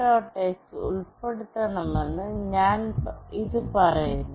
h ഉൾപ്പെടുത്തണമെന്ന് ഇത് പറയുന്നു